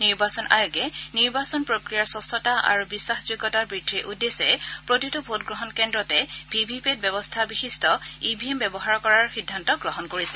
নিৰ্বাচন আয়োগে নিৰ্বাচন প্ৰক্ৰিয়াৰ স্বছ্তা আৰু বিশ্বাসযোগ্যতা বৃদ্ধিৰ উদ্দেশ্যে প্ৰতিটো ভোটগ্ৰহণ কেন্দ্ৰতে ভি ভি পেট ব্যৱস্থা বিশিষ্ট ই ভি এম ব্যৱহাৰ কৰাৰ সিদ্ধান্ত গ্ৰহণ কৰিছে